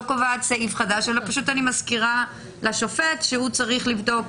לא קובעת סעיף חדש אלא מזכירה לשופט שהוא צריך לבדוק